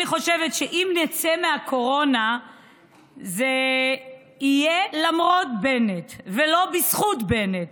אני חושבת שאם נצא מהקורונה זה יהיה למרות בנט ולא בזכות בנט,